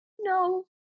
No